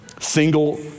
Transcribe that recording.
single